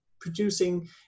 producing